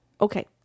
Okay